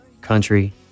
Country